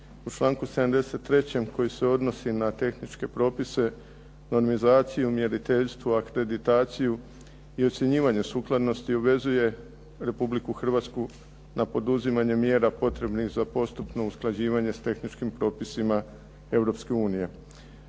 u članku 73. koji se odnosi na tehničke propise, normizaciju, mjeriteljstvo, akreditaciju i ocjenjivanje sukladnosti obvezuje Republiku Hrvatsku na poduzimanje mjera potrebnih za postupno usklađivanje s tehničkim propisima